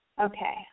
Okay